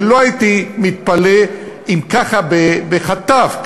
ולא הייתי מתפלא אם ככה בחטף,